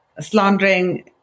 slandering